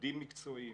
איגודים מקצועיים